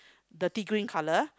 dirty green colour